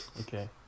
Okay